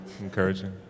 encouraging